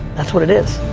that's what it is.